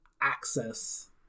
access